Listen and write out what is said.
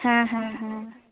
হ্যাঁ হ্যাঁ হ্যাঁ